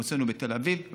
הוצאנו בתל אביב,